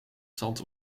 zand